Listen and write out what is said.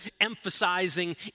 emphasizing